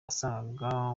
wasangaga